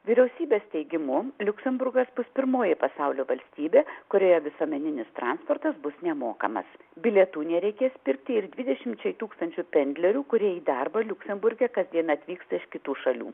vyriausybės teigimu liuksemburgas bus pirmoji pasaulio valstybė kurioje visuomeninis transportas bus nemokamas bilietų nereikės pirkti ir dvidešimčiai tūkstančių pendlerių kurie į darbą liuksemburge kasdien atvyksta iš kitų šalių